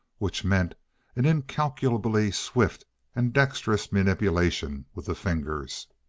which meant an incalculably swift and dexterous manipulation with the fingers.